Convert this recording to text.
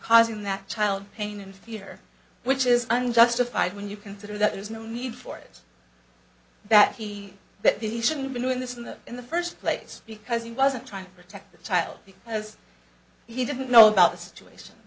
causing that child pain and fear which is unjustified when you consider that there's no need for it that he that they shouldn't be doing this in the in the first place because he wasn't trying to protect the child because he didn't know about the situation